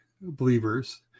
believers